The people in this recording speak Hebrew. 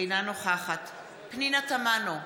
אינה נוכחת פנינה תמנו,